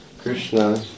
Krishna